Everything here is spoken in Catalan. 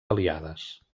aliades